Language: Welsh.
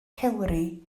cewri